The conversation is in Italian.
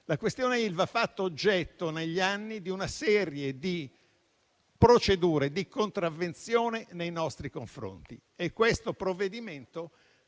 questione Ilva, che è stata fatta oggetto negli anni di una serie di procedure di contravvenzione nei nostri confronti. Il provvedimento